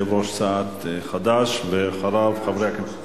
יושב-ראש סיעת חד"ש, ואחריו, לא יושב-ראש הסיעה.